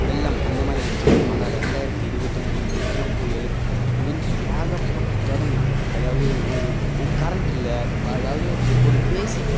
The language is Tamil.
வெள்ளம் அந்தமாதிரி வந்துச்சுங்க ஆனால் ரெண்டாயிரத்து இருபத்தி மூணு மிக்ஜாம் புயல் இது வந்து ஏகப்பட்ட சேதம்ங்க அதாவது ஒரு ஒரு கரண்ட் இல்லை அதாவது ஒரு பேசிக்